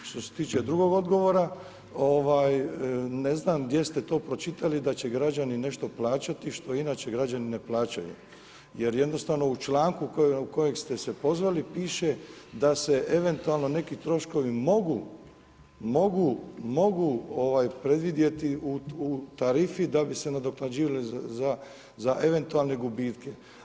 Što se tiče drugog odgovora, ne znam gdje ste to pročitali da će građani nešto plaćati što inače građani ne plaćaju jer jednostavno u članku na koji ste se pozvali piše da se eventualno neki troškovi mogu predvidjeti u tarifi da bi se nadoknađivali za eventualne gubitke.